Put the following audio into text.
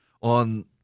on